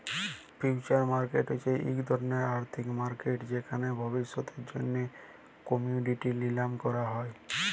future market হছে ইক ধরলের আথ্থিক মার্কেট যেখালে ভবিষ্যতের জ্যনহে কমডিটি লিলাম ক্যরা হ্যয়